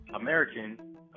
American